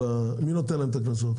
מי נותן להם את הקנסות?